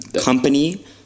company